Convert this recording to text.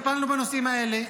כאשר טיפלנו בנושאים האלה,